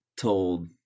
told